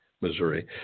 Missouri